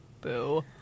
Boo